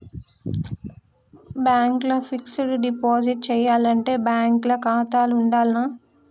Bank ల fixed deposit చేయాలంటే bank ల ఖాతా ఉండాల్నా?